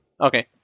Okay